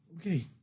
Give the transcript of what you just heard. Okay